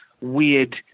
weird